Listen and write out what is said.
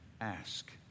ask